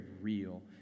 real